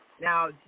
Now